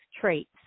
traits